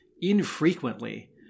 infrequently